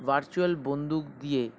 virtual বন্দুক দিয়ে